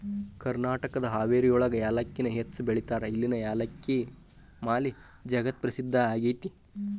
ಕರ್ನಾಟಕದ ಹಾವೇರಿಯೊಳಗ ಯಾಲಕ್ಕಿನ ಹೆಚ್ಚ್ ಬೆಳೇತಾರ, ಇಲ್ಲಿನ ಯಾಲಕ್ಕಿ ಮಾಲಿ ಜಗತ್ಪ್ರಸಿದ್ಧ ಆಗೇತಿ